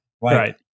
Right